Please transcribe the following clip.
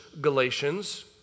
Galatians